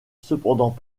cependant